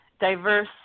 diverse